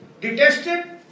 detested